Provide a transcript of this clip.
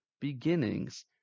beginnings